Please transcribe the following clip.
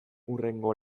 hurrengo